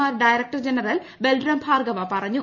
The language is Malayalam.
R director general Balram Bhargava പറഞ്ഞു